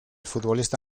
futbolista